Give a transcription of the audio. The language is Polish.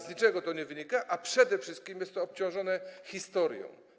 Z niczego to nie wynika, a przede wszystkim jest obciążone historią.